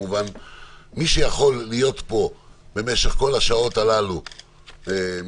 מי שיכול להיות פה במשך כל השעות הללו מטעם